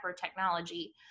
technology